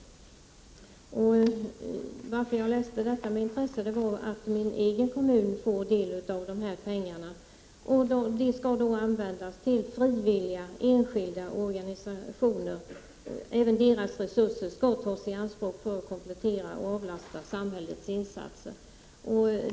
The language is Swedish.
Jag läste detta med intresse då min egen kommun får del av dessa pengar. De skall användas för frivilliga enskilda organisationer. Även deras resurser skall tas i anspråk för att komplettera och avlasta samhällets insatser.